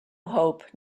hope